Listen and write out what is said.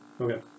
Okay